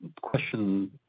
question